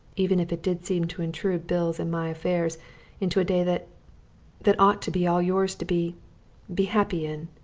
even if it did seem to intrude bill's and my affairs into a day that that ought to be all yours to be be happy in.